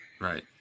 right